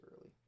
early